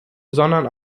sondern